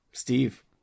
Steve